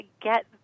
get